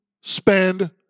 spend